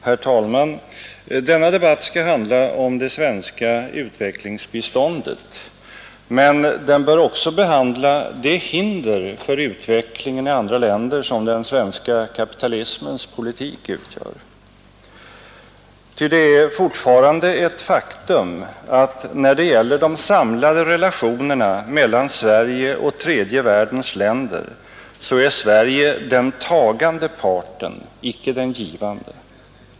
Herr talman! Denna debatt skall handla om det svenska utvecklingsbiståndet, men den bör också behandla de hinder för utvecklingen i andra länder som den svenska kapitalismens politik utgör. Ty det är fortfarande ett faktum att, när det gäller de samlade relationerna mellan Sverige och tredje världens länder, är Sverige den tagande parten, icke den givande.